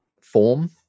form